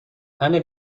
همه